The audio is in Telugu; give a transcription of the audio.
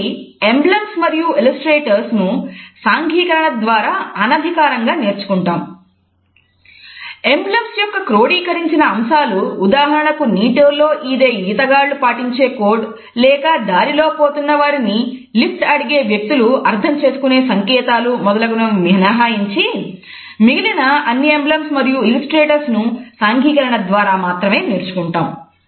కాబట్టి ఎంబ్లెమ్స్ ను సాంఘీకరణ ద్వారా మాత్రమే నేర్చుకుంటాము